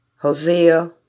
Hosea